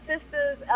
sisters